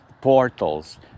portals